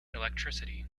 electricity